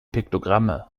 piktogramme